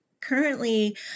Currently